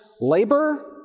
labor